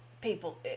people